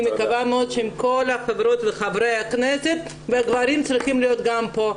אני מקווה מאוד שעם כל החברות וחברי הכנסת וגברים צריכים להיות גם פה,